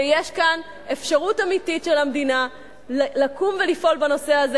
ויש כאן אפשרות אמיתית של המדינה לקום ולפעול בנושא הזה,